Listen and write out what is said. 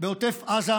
בעוטף עזה,